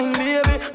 baby